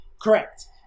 correct